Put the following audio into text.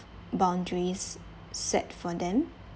boundaries set for them